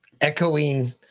echoing